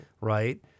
right